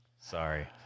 sorry